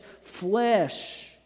flesh